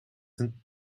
een